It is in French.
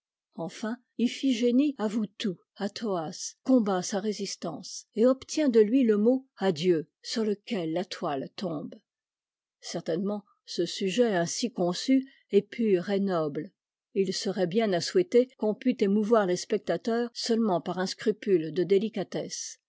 enfin tphigénie avoue tout à thoas combat sa résistance et obtient de lui le mot adieu sur lequel la toile tombe certainement ce sujet ainsi conçu est pur et noble et il serait bien à souhaiter qu'on pût émouvoir les spectateurs seulement par un scrupule de délicatesse